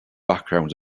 background